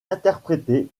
interprétée